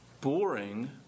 boring